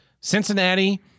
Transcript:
Cincinnati